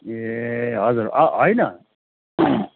ए हजुर होइन